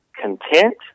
content